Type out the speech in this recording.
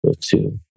Two